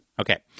Okay